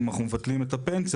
אם אנחנו מבטלים את הפנסיה,